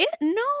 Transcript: No